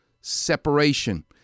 separation